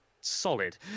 solid